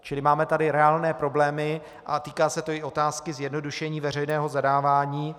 Čili máme tady reálné problémy a týká se to i otázky zjednodušení veřejného zadávání.